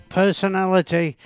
personality